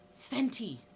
Fenty